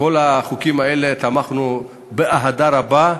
בכל החוקים האלה תמכנו באהדה רבה,